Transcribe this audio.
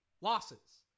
losses